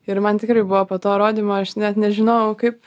ir man tikrai buvo po to rodymo aš net nežinojau kaip